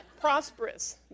Prosperous